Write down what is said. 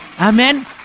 Amen